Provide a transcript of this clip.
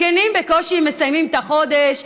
הזקנים בקושי מסיימים את החודש,